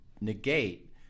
negate